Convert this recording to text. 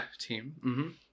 team